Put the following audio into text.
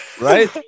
right